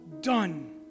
done